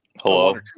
Hello